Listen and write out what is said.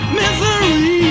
misery